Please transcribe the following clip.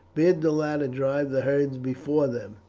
bid the latter drive the herds before them.